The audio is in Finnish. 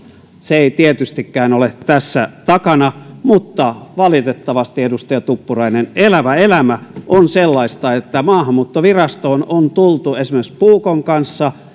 se ei tietystikään ole tässä takana mutta valitettavasti edustaja tuppurainen elävä elämä on sellaista että maahanmuuttovirastoon on tultu esimerkiksi puukon kanssa